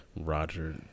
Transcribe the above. roger